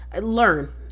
learn